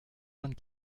vingt